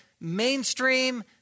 mainstream